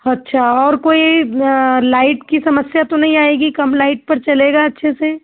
अच्छा और कोई लाइट की समस्या तो नही आएगी कम लाइट पर चलेगा अच्छे से